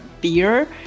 beer